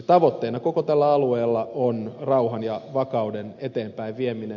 tavoitteena koko tällä alueella on rauhan ja vakauden eteenpäinvieminen